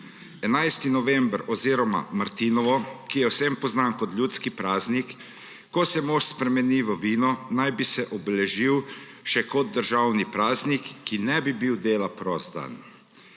11. november oziroma martinovo, ki je vsem poznano kot ljudski praznik, ko se mošt spremeni v vino, naj bi se obeležilo še kot državni praznik, ki ne bi bil dela prost dan.